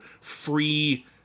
free